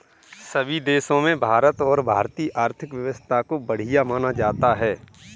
सभी देशों में भारत और भारतीय आर्थिक व्यवस्था को बढ़िया माना जाता है